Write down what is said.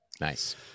Nice